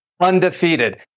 Undefeated